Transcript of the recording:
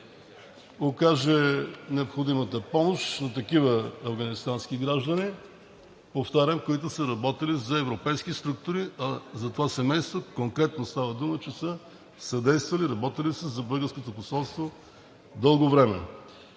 окаже необходимата помощ на такива афганистански граждани, повтарям, които са работили за европейски структури, а за това семейство конкретно става дума, че са съдействали, работили са дълго време